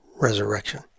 resurrection